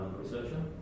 researcher